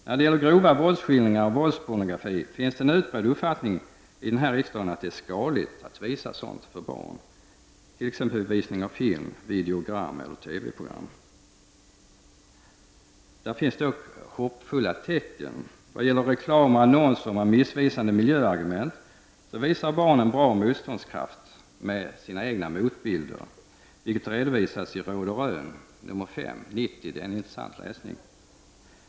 När det gäller grova våldsskildringar och våldspornografi är det en utbredd uppfattning i riksdagen att det är skadligt att visa sådant för barn, t.ex. vid visning av film, videogram eller TV-program. Det finns dock hoppfulla tecken. Vad gäller reklam och annonser med missvisande miljöargument visar barnen bra motståndskraft med egna motbilder, vilket redovisas i Råd och Rön nr 5/90. Det är en intressant läsning.